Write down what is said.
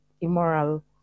immoral